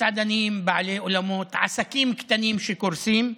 מסעדנים, בעלי אולמות, עסקים קטנים שקורסים.